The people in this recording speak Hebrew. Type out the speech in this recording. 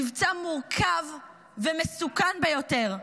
מבצע מורכב ומסוכן ביותר,